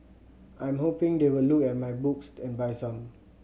I'm hoping they will look at my books and buy some